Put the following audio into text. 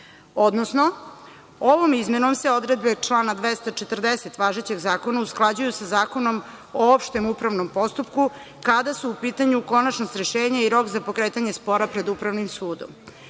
odnosno ovom izmenom se odredbe člana 240. važećeg zakona usklađuju sa Zakonom o opštem upravnom postupku kada su u pitanju konačnost rešenja i rok za pokretanje spora pred upravnim